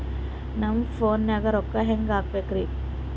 ನನ್ನ ಫೋನ್ ನಾಗ ರೊಕ್ಕ ಹೆಂಗ ಹಾಕ ಬೇಕ್ರಿ?